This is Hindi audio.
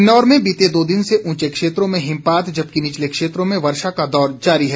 किन्नौर में बीते दो दिन से ऊचे क्षेत्रों में हिमपात जबकि निचले क्षेत्रों में वर्षा का दौर जारी है